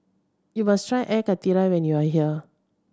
you must try Air Karthira when you are here